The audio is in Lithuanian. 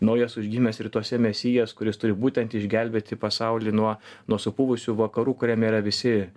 naujas užgimęs rytuose mesijas kuris turi būtent išgelbėti pasaulį nuo nuo supuvusių vakarų kuriame yra visi